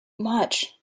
much